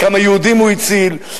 כמה יהודים הוא הציל.